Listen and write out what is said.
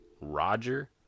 Roger